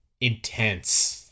intense